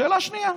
שאלה שנייה.